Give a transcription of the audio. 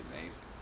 amazing